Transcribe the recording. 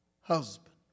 husband